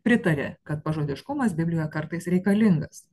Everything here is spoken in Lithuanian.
pritarė kad pažodiškumas biblijoje kartais reikalingas